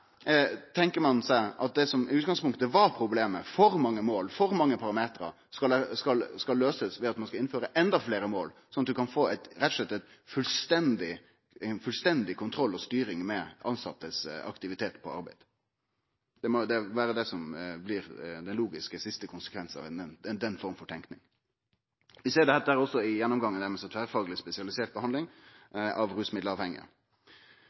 ein seg at det som i utgangspunktet var eit problem med for mange mål, for mange parametrar, skal løysast ved at ein skal innføre enda fleire mål, slik at ein rett og slett kan få fullstendig kontroll og styring med dei tilsettes aktivitetar på arbeid. Det må vere det som blir den logiske konsekvensen til sist av denne forma for tenking. Vi ser dette også i gjennomgangen deira av tverrfagleg spesialisert behandling av